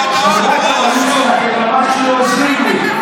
אל תקבל הוראות, אתם ממש לא עוזרים לי.